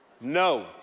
no